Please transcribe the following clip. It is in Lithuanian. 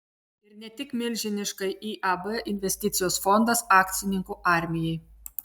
ir ne tik milžiniškai iab investicijos fondas akcininkų armijai